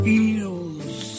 Eels